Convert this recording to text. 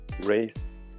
race